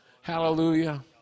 Hallelujah